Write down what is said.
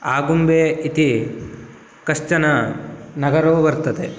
आगुम्बे इति कश्चन नगरो वर्तते